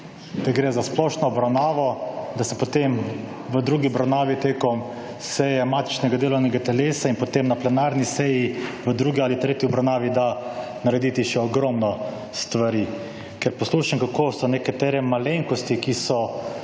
Da gre za splošno obravnavo, da se potem, v drugi obravnavi, tekom seje matičnega delovnega telesa in potem na plenarni seji, v drugi ali tretji obravnavi da narediti še ogromno stvari, ker poslušam, kako so nekatere malenkosti, ki so